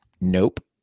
Nope